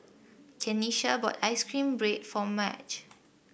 Kenisha bought ice cream bread for Marge